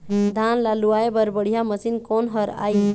धान ला लुआय बर बढ़िया मशीन कोन हर आइ?